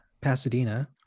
pasadena